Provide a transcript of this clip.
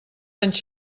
anys